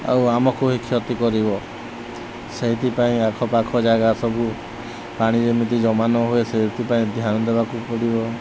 ଆଉ ଆମକୁ ହିଁ କ୍ଷତି କରିବ ସେଇଥିପାଇଁ ଆଖ ପାଖ ଜାଗା ସବୁ ପାଣି ଯେମିତି ଜମା ନ ହୁଏ ସେଇଥିପାଇଁ ଧ୍ୟାନ ଦେବାକୁ ପଡ଼ିବ